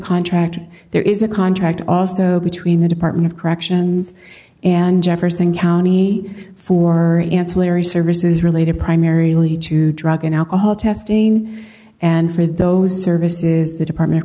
contract there is a contract also between the department of corrections and jefferson county for the ancillary services related primary lead to drug and alcohol testing and for those services the department of